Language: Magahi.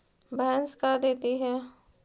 भैंस का देती है?